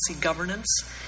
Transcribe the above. governance